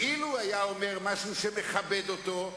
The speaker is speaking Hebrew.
כי אילו הוא היה אומר משהו שמכבד אותו,